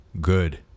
good